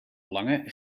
lange